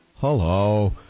Hello